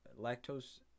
lactose